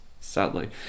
sadly